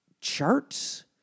charts